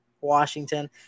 Washington